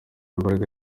imbaraga